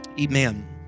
Amen